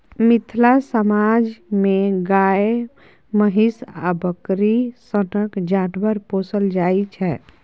मिथिला समाज मे गाए, महीष आ बकरी सनक जानबर पोसल जाइ छै